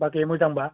बाखि मोजांबा